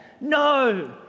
No